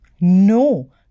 No